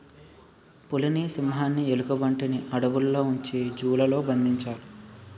పులిని సింహాన్ని ఎలుగుబంటిని అడవుల్లో ఉంచి జూ లలో బంధించాలి